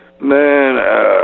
man